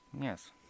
Yes